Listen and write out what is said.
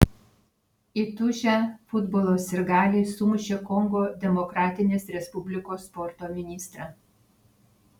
įtūžę futbolo sirgaliai sumušė kongo demokratinės respublikos sporto ministrą